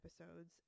episodes